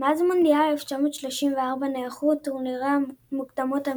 מאז מונדיאל 1934 נערכו טורנירי מוקדמות על